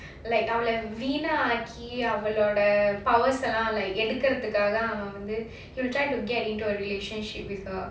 like அவளை வீணாக்கி அவளோட:avalai veenaki avaloda powers லாம் எடுக்கிறதுக்காக அவன் வந்து:laam edukkirathukaaga avan vandhu he'll try to get into a relationship with her